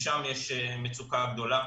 שם יש מצוקה גדולה,